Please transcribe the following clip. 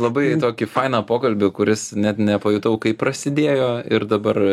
labai tokį fainą pokalbį kuris net nepajutau kaip prasidėjo ir dabar